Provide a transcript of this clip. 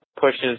pushes